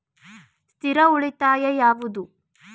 ಸ್ಥಿರ ಉಳಿತಾಯ ಯಾವುದು?